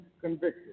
convicted